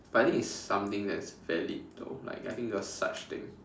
but I think it's something that is valid though like I think there was such thing